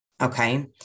okay